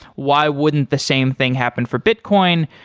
why wouldn't the same thing happen for bitcoin?